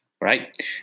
right